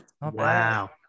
Wow